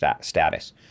status